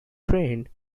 trained